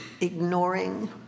ignoring